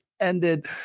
ended